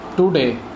today